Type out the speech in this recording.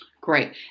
great